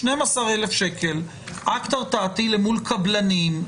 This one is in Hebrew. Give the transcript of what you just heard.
12,000 שקלים זה אקט הרתעתי אל מול קבלנים,